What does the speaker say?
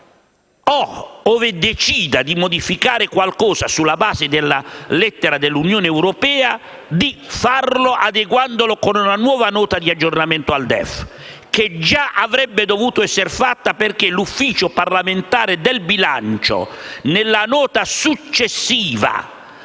o, ove decida di modificare qualcosa sulla base della lettera dell'Unione europea, di farlo adeguandolo con una nuova Nota di aggiornamento al DEF. Peraltro, una nuova Nota di aggiornamento già avrebbe dovuto essere fatta, perché l'ufficio parlamentare del bilancio, nella nota successiva